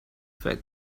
فکر